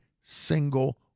single